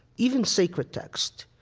even sacred text,